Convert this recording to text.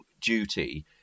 duty